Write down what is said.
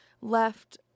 left